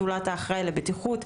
זולת האחראי על הבטיחות,